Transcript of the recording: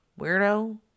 Weirdo